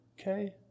okay